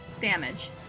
damage